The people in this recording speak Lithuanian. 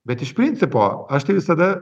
bet iš principo aš tai visada